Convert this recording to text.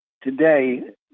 today